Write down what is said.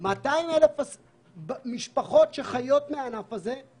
200,000 משפחות שחיות מהענף הזה,